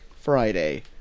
Friday